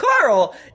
Carl